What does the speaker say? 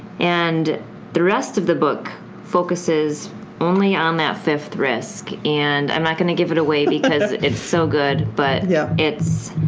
and the rest of the book focuses only on that fifth risk. and i'm not gonna give it away because it's so good. but yeah it's